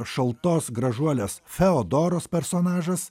šaltos gražuolės feodoros personažas